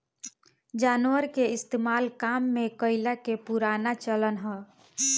जानवर के इस्तेमाल काम में कइला के पुराना चलन हअ